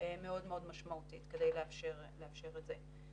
מאוד משמעותית, כדי לאפשר את זה.